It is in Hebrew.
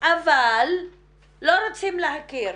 אבל לא רוצים להכיר.